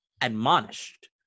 admonished